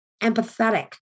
empathetic